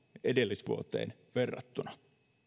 edellisvuoteen verrattuna